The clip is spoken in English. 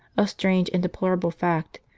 a strange and deplorable fact,